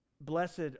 Blessed